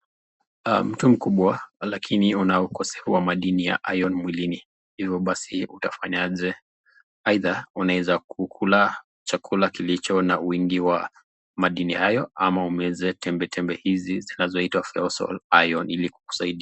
Mtu mkubwa lakini una ukosefu wa madini ya iron mwilini hivyo basi utafanyaje ? Aidha unaeza kukula chakula kilicho na wingi wa madini hayo ama umeze tembe tembe hizi zinazoitwa Feosol Iron ili kukusaidia.